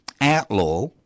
outlaw